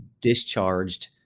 discharged